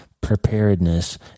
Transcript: preparedness